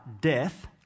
death